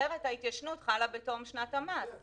אחרת ההתיישנות חלה בתום שנת המס.